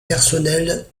personnelles